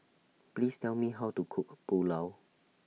Please Tell Me How to Cook Pulao